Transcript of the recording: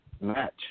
match